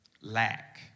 lack